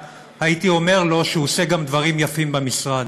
הייתי אומר לו שהוא עושה גם דברים יפים במשרד.